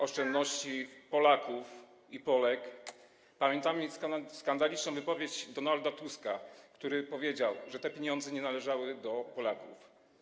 oszczędności Polaków i Polek, pamiętamy skandaliczną wypowiedź Donalda Tuska, który powiedział, że te pieniądze nie należały do Polaków.